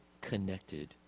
connected